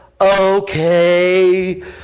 Okay